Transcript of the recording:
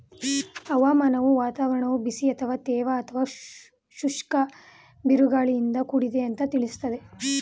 ಹವಾಮಾನವು ವಾತಾವರಣವು ಬಿಸಿ ಅಥವಾ ತೇವ ಅಥವಾ ಶುಷ್ಕ ಬಿರುಗಾಳಿಯಿಂದ ಕೂಡಿದೆ ಅಂತ ತಿಳಿಸ್ತದೆ